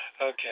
Okay